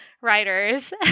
writers